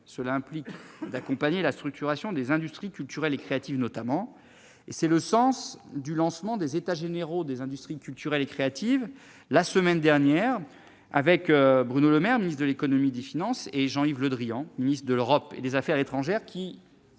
Cela implique d'accompagner la structuration des industries culturelles et créatives, notamment. Tel est le sens des états généraux des industries culturelles et créatives lancés la semaine dernière avec Bruno Le Maire, ministre de l'économie et des finances, et Jean-Yves Le Drian, ministre de l'Europe et des affaires étrangères.